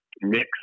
mix